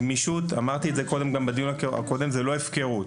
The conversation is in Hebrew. הגמישות ואמרתי את זה גם בדיון הקודם היא לא הפקרות.